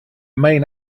main